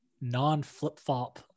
non-flip-flop